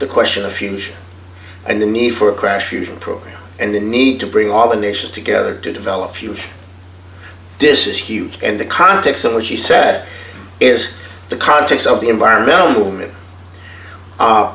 the question of fusion and the need for a crash fusion program and the need to bring all the nations together to develop fuel this is huge and the context in which he sat is the context of the environmental movement